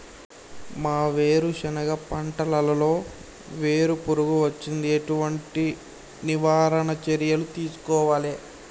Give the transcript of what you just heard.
మా వేరుశెనగ పంటలలో వేరు పురుగు వచ్చింది? ఎటువంటి నివారణ చర్యలు తీసుకోవాలే?